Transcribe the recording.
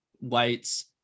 weights